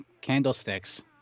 candlesticks